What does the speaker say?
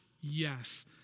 yes